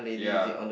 ya